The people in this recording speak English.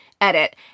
edit